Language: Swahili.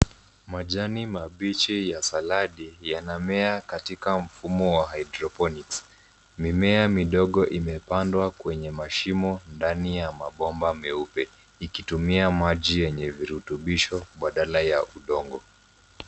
Majani mabichi ya saladi yanamea katika mfumo wa hydroponics .Mimea midogo imepandwa kwenye mashimo ndani ya mabomba meupe ,ikitumia maji yenye virutubisho badala ya udongo.